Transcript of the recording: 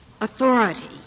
authority